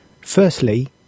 Firstly